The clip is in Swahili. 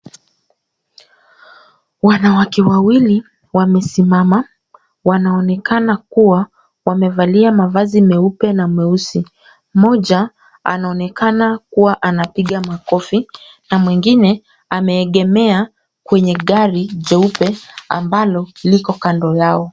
Wanawake wawili wamesimama. Wanaonekana kuwa wamevalia mavazi meupe na meusi. Mmoja anaonekana kuwa anapiga makofi na mwingine ameegemea kwenye gari jeupe ambalo liko kando yao.